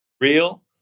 real